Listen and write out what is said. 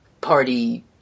party